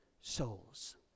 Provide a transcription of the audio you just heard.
souls